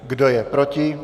Kdo je proti?